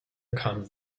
comes